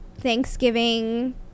Thanksgiving